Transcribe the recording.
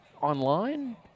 online